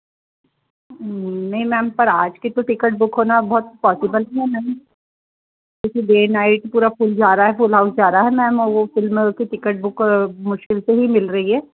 नहीं मैम पर आज की तो टिकट बुक होना बहुत पॉसिबल ही नहीं है क्योंकि डे नाइट पूरा फुल जा रहा है फुल हाउस जा रहा है मैम और वह फिल्म की टिकट बुक मुश्किल से ही मिल रही है